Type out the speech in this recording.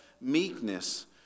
meekness